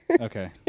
Okay